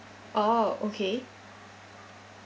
oh okay